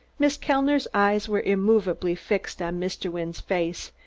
miss kellner's eyes were immovably fixed on mr. wynne's face,